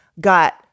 got